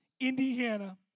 Indiana